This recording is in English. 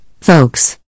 folks